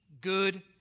good